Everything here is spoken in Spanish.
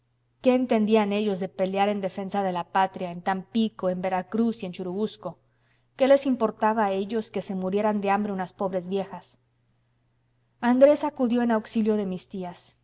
qué entendían ellos de pelear en defensa de la patria en tampico en veracruz y en churubusco qué les importaba a ellos que se murieran de hambre unas pobres viejas andrés acudió en auxilio de mis tías